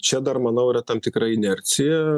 čia dar manau yra tam tikra inercija